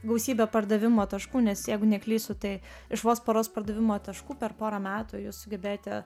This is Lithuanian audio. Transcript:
gausybę pardavimo taškų nes jeigu neklystu tai iš vos poros pardavimo taškų per porą metų jūs sugebėjote